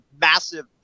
massive